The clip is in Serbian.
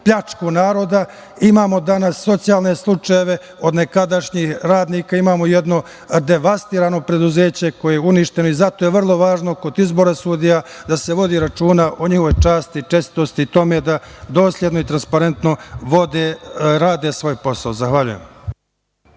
pljačku naroda. Imamo danas socijalne slučajeve od nekadašnjih radnika, imamo jedno devastirano preduzeće koje je uništeno i zato je vrlo važno kod izbora sudija da se vodi računa o njihovoj časti, čestitosti i tome da dosledno i transparentno rade svoj posao. Zahvaljujem.